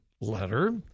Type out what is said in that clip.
letter